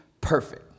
perfect